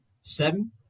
Seven